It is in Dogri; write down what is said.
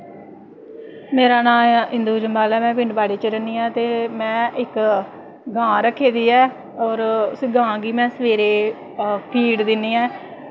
मेरा नांऽ इंदु जम्वाल ऐ ते में पिंड बाड़े च रैह्नी आं ते में इक गांऽ रक्खी दी ऐ ते होर उसी गांऽ गी में सबैह्रे फीड दि'न्नी आं